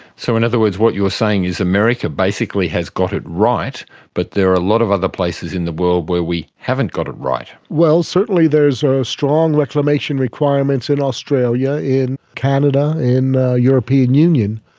so in other words, what you're saying is america basically has got it right but there are a lot of other places in the world where we haven't got it right. well, certainly there's ah strong reclamation requirements in australia, in canada, in the european union.